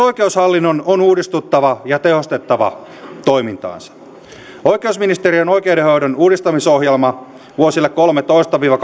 oikeushallinnon on uudistuttava ja tehostettava toimintaansa oikeusministeriön oikeudenhoidon uudistamisohjelma vuosille kaksituhattakolmetoista viiva